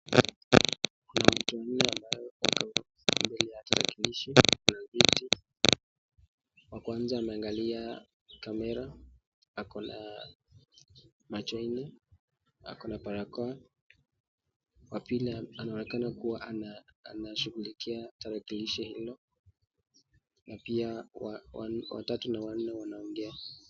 Kuna watu wanne ambao wako mbele ya tarakilishi wa kwanza ameangalia camera ako na macho nne ako na barakoa wa pili anaonekana kuwa anashughulikia tarakilishi hilo na pia wa tatu na wa nne wanaongea.